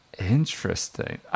Interesting